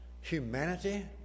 humanity